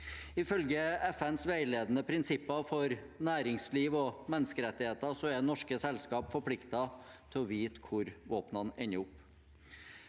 Ifølge FNs veiledende prinsipper for næringsliv og menneskerettigheter er norske selskap forpliktet til å vite hvor våpnene ender opp.